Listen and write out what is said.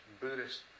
Buddhist